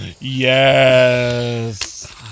Yes